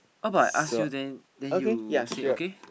so okay ya sure